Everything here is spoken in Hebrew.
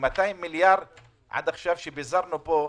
מ-200 מיליארד עד עכשיו שפיזרנו פה.